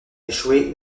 échoué